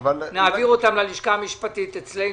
נעביר ללשכה המשפטית אצלנו.